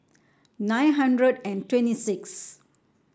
nine hundred and twenty sixth